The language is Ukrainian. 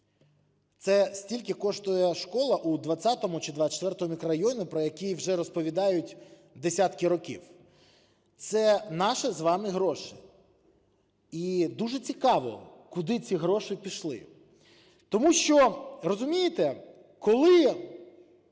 це стільки коштує школа у 20 чи 24 мікрорайоні, про який вже розповідають десятки років, це наші з вами гроші, і дуже цікаво, куди ці гроші пішли. Тому що, розумієте, коли